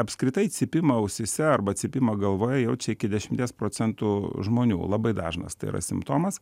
apskritai cypimą ausyse arba cypimą galvoje jaučia iki dešimties procentų žmonių labai dažnas tai yra simptomas